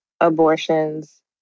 abortions